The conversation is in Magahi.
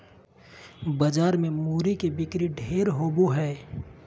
बाजार मे मूरी के बिक्री ढेर होवो हय